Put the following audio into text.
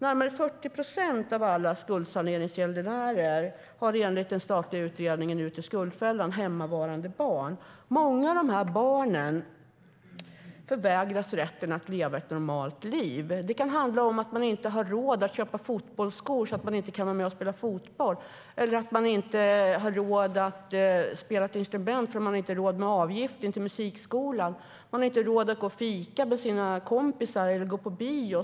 Närmare 40 procent av alla skuldsaneringsgäldenärer har enligt den statliga utredningen Ut ur skuldfällan hemmavarande barn. Många av de barnen förvägras rätten att leva normala liv. Det kan handla om att familjen inte har råd att köpa fotbollsskor, så att barnen inte kan vara med och spela fotboll, att barnen inte kan spela ett instrument därför att familjen inte har råd med avgiften till musikskolan eller att barnen inte har råd att gå och fika med sina kompisar eller gå på bio.